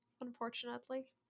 unfortunately